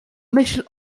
myśl